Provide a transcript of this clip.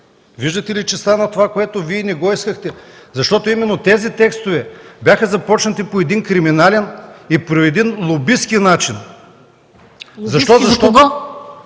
Виждате ли, че става това, което Вие не го искахте? Защото именно тези текстове бяха започнати по един криминален и по един лобистки начин. ПРЕДСЕДАТЕЛ МЕНДА